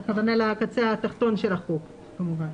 הכוונה לקצה התחתון של החוט, כמובן.